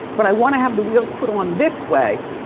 but i wanna have the wheels put on this way.